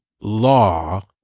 law